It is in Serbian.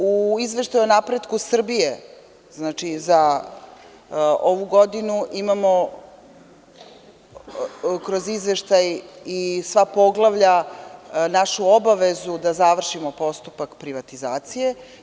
U izveštaju o napretku Srbije, znači za ovu godinu imamo kroz izveštaj i sva poglavlja našu obavezu da završimo postupak privatizacije.